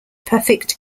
perfect